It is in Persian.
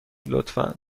لطفا